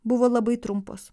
buvo labai trumpos